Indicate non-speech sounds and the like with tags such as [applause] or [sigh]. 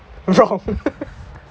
wrong [laughs]